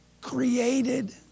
created